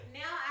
now